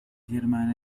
hermana